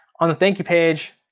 on the thank you page,